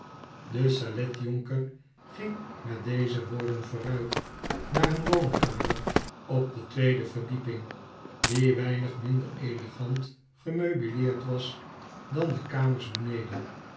de saletjonker ging met deze woorden vooruit naar een woonkamer op de tweede verdieping die weinig minder elegant gemeubileerd was dan de kamers beneden